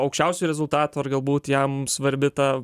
aukščiausių rezultatų ar galbūt jam svarbi ta